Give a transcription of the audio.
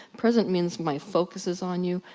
present means my focus is on you,